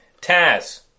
Taz